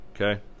Okay